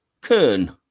Kern